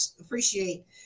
appreciate